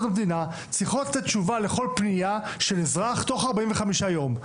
צריכות לתת תשובה לכל פנייה של אזרח תוך 45 יום.